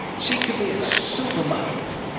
she could be a super model.